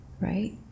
right